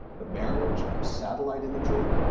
the marriage of satellite imagery,